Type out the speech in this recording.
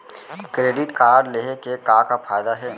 Credit card लेहे के का का फायदा हे?